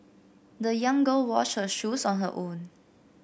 the young girl washed her shoes on her own